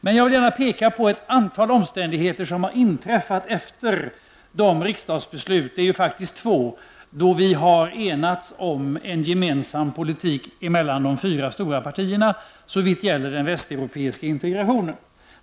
Men jag vill gärna peka på ett antal omständigheter som har inträffat efter det att vi i de fyra stora partierna i två riksdagsbeslut har enats om en gemensam politik såvitt gäller den västeuropeiska integrationen.